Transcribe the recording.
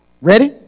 Ready